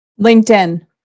LinkedIn